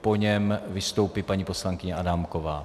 po něm vystoupí paní poslankyně Adámková.